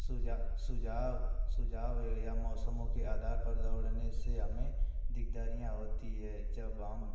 सुझा सुझाव सुझाव यह मौसमों के आधार पर दौड़ने से हमें दिकदारियाँ होती है जब हम